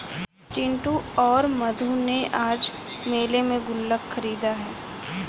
चिंटू और मधु ने आज मेले में गुल्लक खरीदा है